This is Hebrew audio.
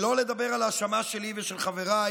שלא לדבר על ההאשמה שלי ושל חבריי